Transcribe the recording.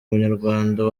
umunyarwanda